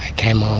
came ah